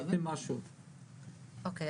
אוקי,